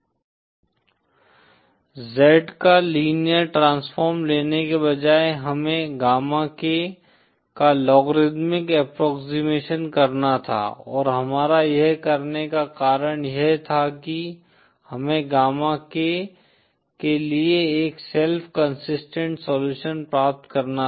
Z का linear transform लेने के बजाय हमें गामा k का लॉगरिदमिक अप्प्रोक्सिमशन करना था और हमारा यह करने का कारण यह था कि हमें गामा k के लिए एक सेल्फ कंसिस्टेंट सलूशन प्राप्त करना था